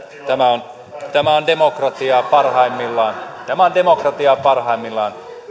sanoi tämä on demokratiaa parhaimmillaan tämä on demokratiaa parhaimmillaan